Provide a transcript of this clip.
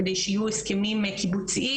כדי שיהיו הסכמים קיבוציים,